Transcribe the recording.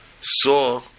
saw